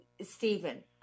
Stephen